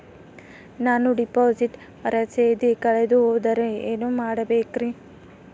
ನಾನು ಡಿಪಾಸಿಟ್ ರಸೇದಿ ಕಳೆದುಹೋದರೆ ಏನು ಮಾಡಬೇಕ್ರಿ?